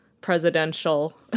presidential